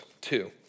two